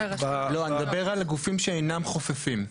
לא, אני מדבר על גופים שאינם חופפים.